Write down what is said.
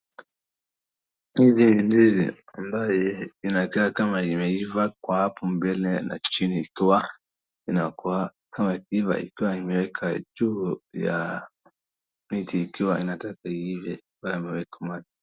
Hizi ndizi ambazo inakaa kama imeiva kwa hapo mbele na chini huwa inakuwa kama imeviva ikiwa imewekwa juu ya, miti ikiwa inataka iive ambayo imekoma.